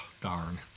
Darn